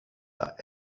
that